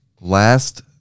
Last